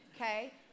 okay